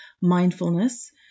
mindfulness